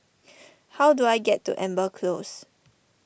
how do I get to Amber Close